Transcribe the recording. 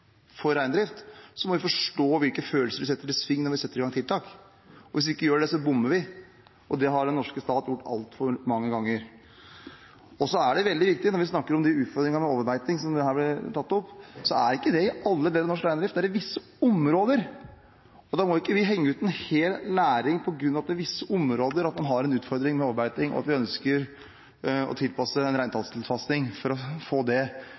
setter i gang tiltak. Hvis vi ikke gjør det, bommer vi. Det har den norske stat gjort altfor mange ganger. Det er veldig viktig å ha med når vi snakker om de utfordringene med overbeiting som ble tatt opp her, at det ikke gjelder i alle deler av norsk reindrift, dette er i visse områder. Vi må ikke henge ut en hel næring på grunn av at man har en utfordring med overbeiting i visse områder, og vi ønsker en reintallstilpasning for å få det